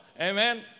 Amen